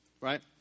right